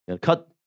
Cut